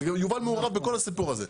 יובל מעורב בכל הסיפור הזה.